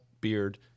beard